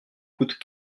coûtent